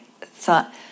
thought